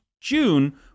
June